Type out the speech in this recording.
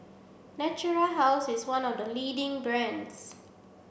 natura House is one of the leading brands